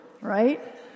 right